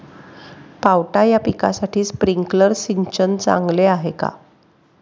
पावटा या पिकासाठी स्प्रिंकलर सिंचन चांगले आहे का?